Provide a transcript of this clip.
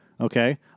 okay